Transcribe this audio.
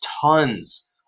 tons